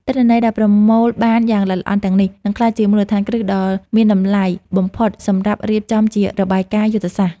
ទិន្នន័យដែលប្រមូលបានយ៉ាងល្អិតល្អន់ទាំងនេះ នឹងក្លាយជាមូលដ្ឋានគ្រឹះដ៏មានតម្លៃបំផុតសម្រាប់រៀបចំជារបាយការណ៍យុទ្ធសាស្ត្រ។